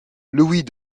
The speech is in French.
louis